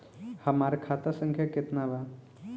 हमार खाता संख्या केतना बा?